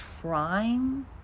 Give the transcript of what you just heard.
trying